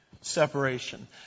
separation